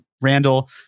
Randall